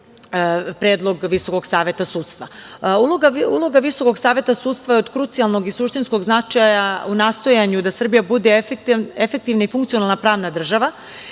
predlog Visokog saveta sudstva. Uloga VSS je od krucijalnog i suštinskog značaja u nastojanju da Srbija bude efektivna i funkcionalna pravna država.